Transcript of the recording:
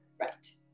right